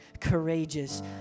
courageous